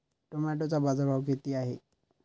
टोमॅटोचा बाजारभाव किती आहे?